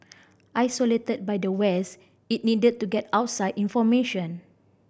isolated by the West it needed to get outside information